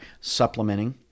supplementing